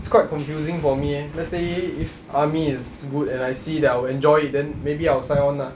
it's quite confusing for me eh let's say if army is good and I see that I will enjoy then maybe I'll sign on ah